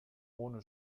ohne